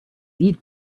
eat